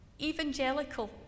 evangelical